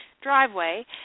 driveway